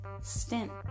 stint